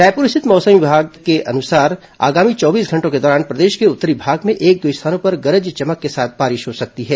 रायपुर स्थित मौसम विभाग के अनुसार आगामी चौबीस घंटों के दौरान प्रदेश के उत्तरी भाग में एक दो स्थानों पर गरज चमक के साथ बारिश हो सकती है